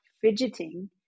fidgeting